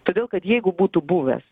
todėl kad jeigu būtų buvęs